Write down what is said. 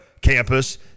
campus